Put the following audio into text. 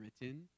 written